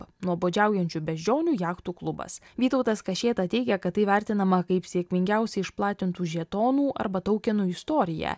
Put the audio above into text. nuobodžiaujančių beždžionių jachtų klubas vytautas kašėta teigia kad tai vertinama kaip sėkmingiausiai išplatintų žetonų arba taukinų istoriją